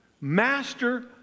master